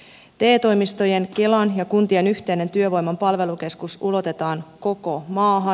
te toimistojen kelan ja kuntien yhteinen työvoiman palvelukeskus ulotetaan koko maahan